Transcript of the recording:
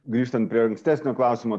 grįžtant prie ankstesnio klausimo